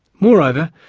moreover,